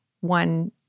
one